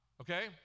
okay